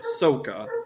Ahsoka